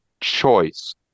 choice